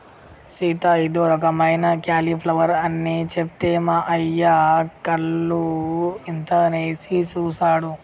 సీత ఇదో రకమైన క్యాలీఫ్లవర్ అని సెప్తే మా అయ్య కళ్ళు ఇంతనేసి సుసాడు